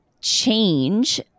change